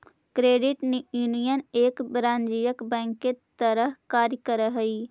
credit union एक वाणिज्यिक bank के तरह कार्य करऽ हइ